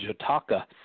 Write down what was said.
Jataka